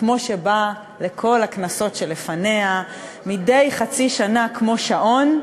כמו שבא לכל הכנסות שלפניה מדי חצי שנה כמו שעון,